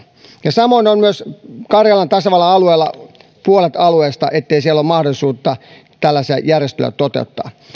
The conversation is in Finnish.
ja samoin on myös karjalan tasavallan alueella puolet alueesta ettei siellä ole mahdollisuutta tällaisia järjestelyjä toteuttaa